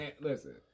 Listen